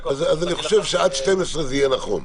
אז אני חושב שעד 12 זה יהיה נכון.